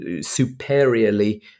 superiorly